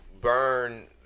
burn